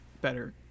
better